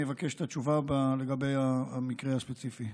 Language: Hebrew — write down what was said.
אני אבקש את התשובה לגבי המקרה הספציפי.